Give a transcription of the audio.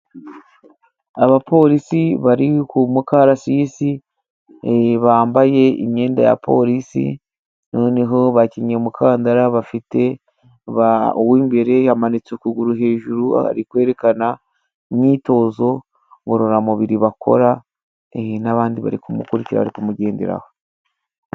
Abapolisi bari ku karasisi bambaye imyenda ya polisi ,noneho bakenyeye umukandara, bafite uw'imbere yamanitse ukuguru hejuru ari kwerekana imyitozo ngororamubiri ,bakora n'abandi bari kumukurikikira ari kumugenderaho.